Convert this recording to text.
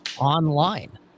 online